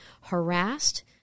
harassed